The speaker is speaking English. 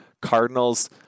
Cardinals